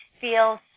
feels